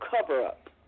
cover-up